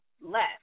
left